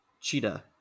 Cheetah